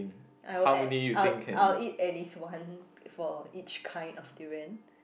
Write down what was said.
I will at I'll I'll eat at least one for each kind of durian